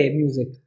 music